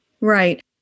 Right